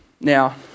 Now